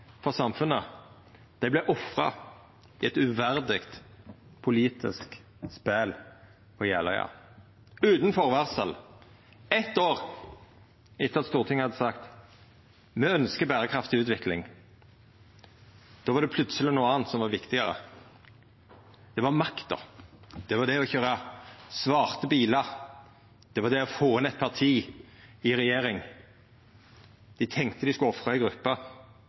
for samfunnet, vart ofra i eit uverdig politisk spel på Jeløya. Utan førevarsel, eitt år etter at Stortinget hadde sagt at me ynskte ei berekraftig utvikling, då var det plutseleg noko anna som var viktigare: Det var makta, det var å køyra svarte bilar og å få eit parti inn i regjering. Dei tenkte dei skulle ofra